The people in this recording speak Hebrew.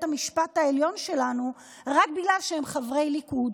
המשפט העליון שלנו רק בגלל שהם חברי ליכוד.